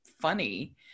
funny